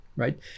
Right